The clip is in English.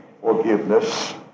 forgiveness